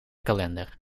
kalender